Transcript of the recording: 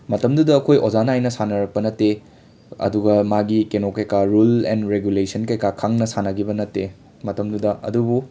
ꯃꯇꯝꯗꯨꯗ ꯑꯈꯣꯏ ꯑꯣꯖꯥꯅ ꯅꯥꯏꯅ ꯁꯥꯟꯅꯔꯛꯄ ꯅꯠꯇꯦ ꯑꯗꯨꯒ ꯃꯥꯒꯤ ꯀꯩꯅꯣ ꯀꯩꯀꯥ ꯔꯨꯜ ꯑꯦꯟ ꯔꯦꯒꯨꯂꯦꯁꯟ ꯀꯩꯀꯥ ꯈꯪꯅ ꯁꯥꯟꯅꯒꯤꯕ ꯅꯠꯇꯦ ꯃꯇꯝꯗꯨꯗ ꯑꯗꯨꯕꯨ